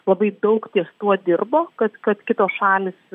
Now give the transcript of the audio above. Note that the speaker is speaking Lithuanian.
labai daug ties tuo dirbo kad kad kitos šalys